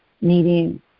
needing